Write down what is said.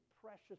precious